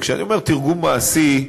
וכשאני אומר תרגום מעשי,